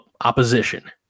opposition